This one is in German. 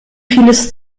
vieles